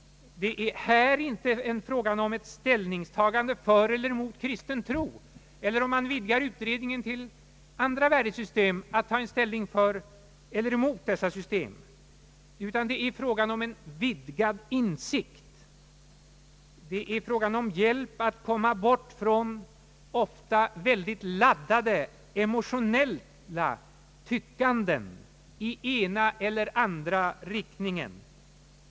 Det är här inte fråga om ett ställningstagande för eller emot kristen tro eller — om man vidgar utredningen till att omfatta även andra värdesystem — att ta ställ ning för eller emot dessa system, utan det är fråga om en vidgad insikt. Det är fråga om hjälp att komma bort från ofta mycket laddade emotionella tyckanden i ena eller andra riktningen.